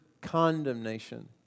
condemnation